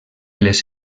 les